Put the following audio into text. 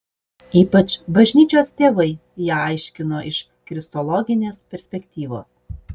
ypač bažnyčios tėvai ją aiškino iš kristologinės perspektyvos